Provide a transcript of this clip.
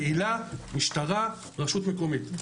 קהילה, משטרה, רשות מקומית.